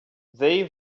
they